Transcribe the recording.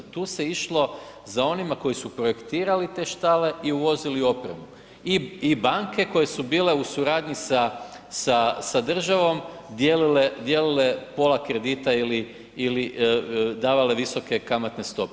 Tu se išlo za onima koji su projektirali te štale i uvozili opremu i banke koje su bile u suradnji sa državom dijelile pola kredita ili davale visoke kamatne stope.